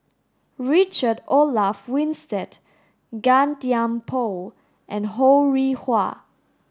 Richard Olaf Winstedt Gan Thiam Poh and Ho Rih Hwa